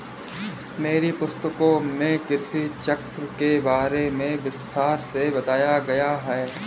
मेरी पुस्तकों में कृषि चक्र के बारे में विस्तार से बताया गया है